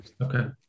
okay